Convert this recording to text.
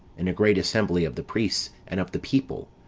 in a great assembly of the priests, and of the people,